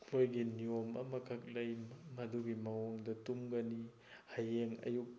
ꯑꯩꯈꯣꯏꯒꯤ ꯅꯤꯌꯣꯝ ꯑꯃꯈꯛ ꯂꯩ ꯃꯗꯨꯒꯤ ꯃꯑꯣꯡꯗ ꯇꯨꯝꯒꯅꯤ ꯍꯌꯦꯡ ꯑꯌꯨꯛ